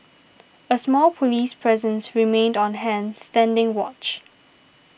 a small police presence remained on hand standing watch